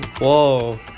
whoa